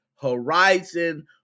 horizon